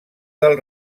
del